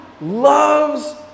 loves